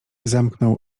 zamknął